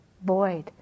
void